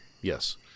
yes